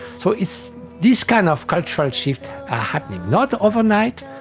so it's this kind of cultural shift happening. not overnight,